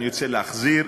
אני רוצה להחזיר.